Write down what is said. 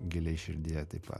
giliai širdyje taip pat